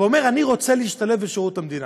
ואומר: אני רוצה להשתלב בשירות המדינה,